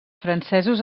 francesos